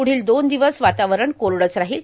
पुढील दोन दिवस वातावरण कोरडेच राहील